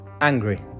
angry